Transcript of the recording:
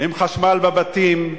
עם חשמל בבתים,